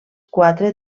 quatre